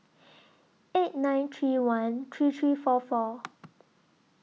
eight nine three one three three four four